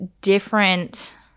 different –